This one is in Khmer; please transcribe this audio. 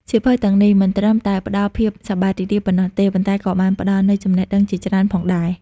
សៀវភៅទាំងនេះមិនត្រឹមតែផ្តល់ភាពសប្បាយរីករាយប៉ុណ្ណោះទេ ប៉ុន្តែក៏បានផ្តល់នូវចំណេះដឹងជាច្រើនផងដែរ។